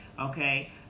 okay